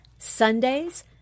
sundays